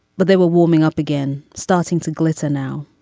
but they were warming up again, starting to glitter now.